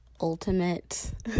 ultimate